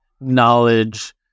knowledge